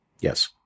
Yes